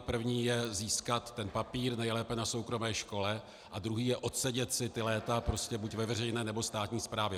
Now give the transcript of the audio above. První je získat ten papír, nejlépe na soukromé škole, a druhý je odsedět si ta léta, prostě být buď ve veřejné, nebo státní správě.